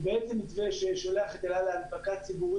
הוא בעצם זה ששולח את אל על להנפקה ציבורית